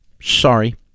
sorry